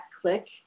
click